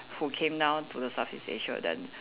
who came down to the Southeast Asia then